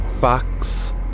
Fox